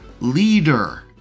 leader